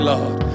Lord